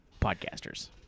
Podcasters